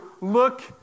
look